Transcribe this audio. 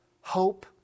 hope